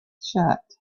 shut